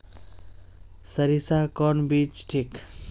सरीसा कौन बीज ठिक?